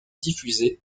diffusée